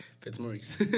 Fitzmaurice